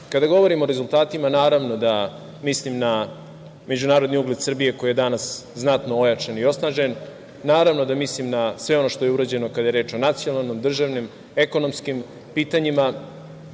govorimo o rezultatima, naravno da mislim na međunarodni ugled Srbije, koji je danas znatno ojačan i osnažen, naravno da mislim na sve ono što je urađeno kada je reč o nacionalnim, državnim, ekonomskim pitanjima. Dakle,